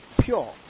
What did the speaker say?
pure